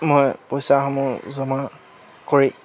মই পইচাসমূহ জমা কৰি